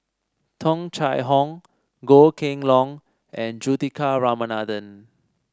Tung Chye Hong Goh Kheng Long and Juthika Ramanathan